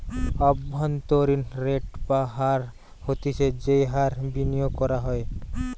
অভ্যন্তরীন রেট বা হার হতিছে যেই হার বিনিয়োগ করা হয়